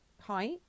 height